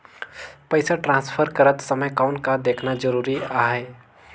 पइसा ट्रांसफर करत समय कौन का देखना ज़रूरी आहे?